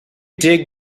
dig